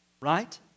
Right